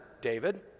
David